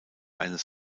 eines